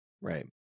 Right